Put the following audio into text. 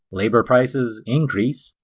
labor prices increase,